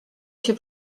się